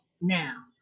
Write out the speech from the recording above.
now